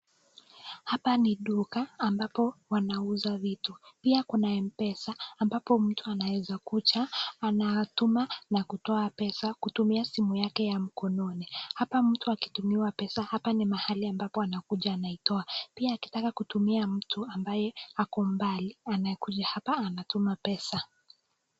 Hapa ni duka ambapo wanauza vitu pia kuna mpesa ambapo mtu anaweza kuja anatuma na kutoa pesa kutumia simu yake ya mkononi. Hapa mtu akitumiwa pesa hapa ni mahali ambapo anakuja anaitoa pia akitaka kutumia mtu ambaye ako mbali anakuja hapa anatoa pesa.